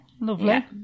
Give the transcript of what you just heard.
lovely